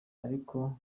aliko